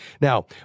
Now